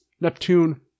Neptune